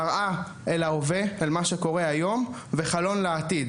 מראה אל ההווה וחלון אל העתיד.